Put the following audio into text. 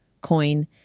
COIN